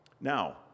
Now